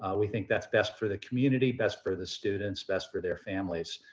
we think that's best for the community. best for the students. best for their families.